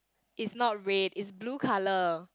is not red is blue colour